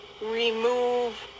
remove